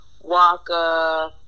Waka